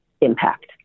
impact